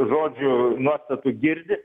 žodžių nuostatų girdi